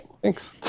Thanks